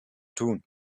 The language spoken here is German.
tun